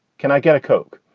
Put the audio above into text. can i get a coke?